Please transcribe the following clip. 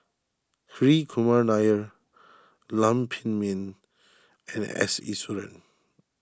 Hri Kumar Nair Lam Pin Min and S Iswaran